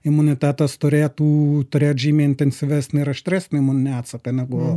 imunitetas turėtų turėt žymiai intensyvesnį ir aštresnį imuninį atsaką negu